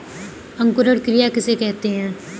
अंकुरण क्रिया किसे कहते हैं?